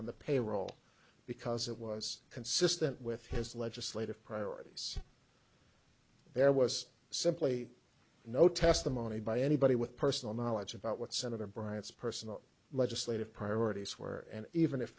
on the payroll because it was consistent with his legislative priorities there was simply no testimony by anybody with personal knowledge about what senator bryant's personal legislative priorities were and even if